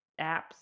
apps